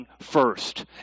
first